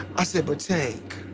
i said, but, tank,